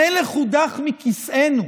המלך הודח מכיסאנו.